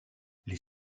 les